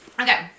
Okay